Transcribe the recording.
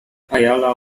ayala